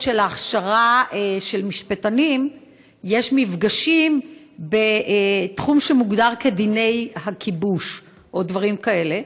שבהכשרה של משפטנים יש מפגשים בתחום שמוגדר כדיני הכיבוש או דברים כאלה?